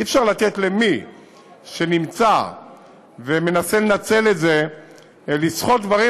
אי-אפשר לתת למי שנמצא ומנסה לנצל את זה לסחוט דברים,